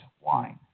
wine